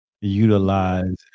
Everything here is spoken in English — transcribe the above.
utilize